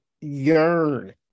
yearn